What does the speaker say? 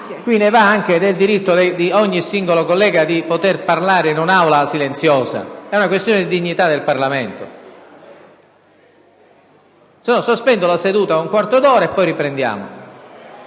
qui ne va anche del diritto di ogni singolo collega di poter parlare in un'Aula silenziosa; è una questione di dignità del Parlamento. Altrimenti sospendo la seduta un quarto d'ora e poi riprendiamo.